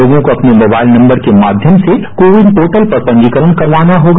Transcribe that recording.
लोगों को अपने मोबाइल नम्बर में माध्यम से कोविन पोर्टल पर पंजीकरण करवाना होगा